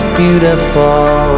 beautiful